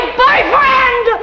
boyfriend